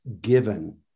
given